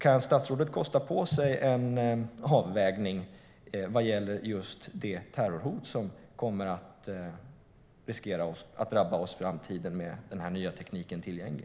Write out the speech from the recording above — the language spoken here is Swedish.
Kan statsrådet kosta på sig en avvägning vad gäller det terrorhot som riskerar att drabba oss i framtiden i och med att den nya tekniken blivit tillgänglig?